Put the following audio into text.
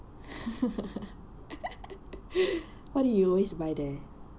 what do you always buy there